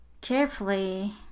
carefully